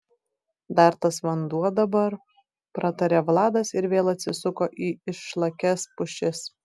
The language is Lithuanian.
dar tas vanduo dabar pratarė vladas ir vėl atsisuko į išlakias pušis